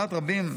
"לדעת רבים,